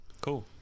Cool